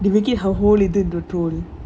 they make her whole